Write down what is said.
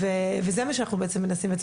וזה מה שאנחנו בעצמם מנסים להגיד.